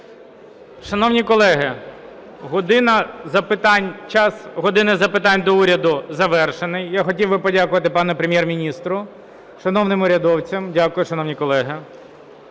час "години запитань до Уряду" завершений. Я хотів би подякувати пану Прем’єр-міністру, шановним урядовцям. Дякую, шановні колеги,